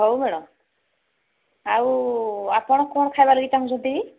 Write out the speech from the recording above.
ହଉ ମ୍ୟାଡ଼ାମ୍ ଆଉ ଆପଣ କଣ ଖାଇବାର୍ ଲାଗି ଚାହୁଁଛନ୍ତି କି